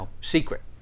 secret